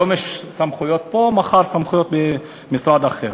היום יש סמכויות פה, מחר סמכויות במשרד אחר.